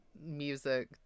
music